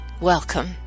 welcome